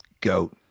Goat